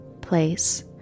place